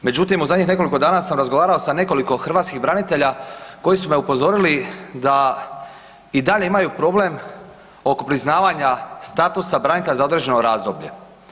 Međutim, u zadnjih nekoliko dana sam razgovarao sa nekoliko hrvatskih branitelja koji su me upozorili da i dalje imaju problem oko priznavanja statusa branitelja za određeno razdoblje.